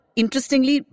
interestingly